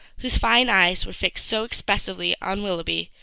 whose fine eyes were fixed so expressively on willoughby,